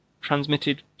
transmitted